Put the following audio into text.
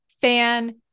fan